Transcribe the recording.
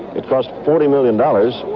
it cost forty million dollars,